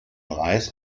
reis